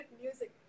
music